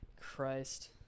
Christ